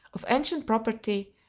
of ancient property,